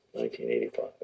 1985